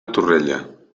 torrella